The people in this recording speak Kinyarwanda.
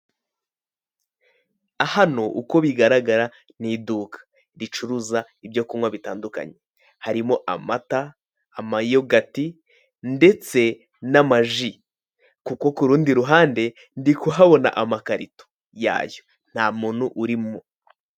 Hano uko bigaragara ni iduka ricuruza ibyo kunywa bitandukanye harimo amata, amayogati ndetse n'amaji kuko ku rundi ruhande ndikuhabona amakarito yayo nta muntu urimo.